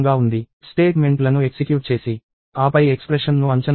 స్టేట్మెంట్లను ఎక్సిక్యూట్ చేసి ఆపై ఎక్స్ప్రెషన్ ను అంచనా వేయండి